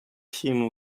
team